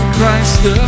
Christ